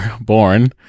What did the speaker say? born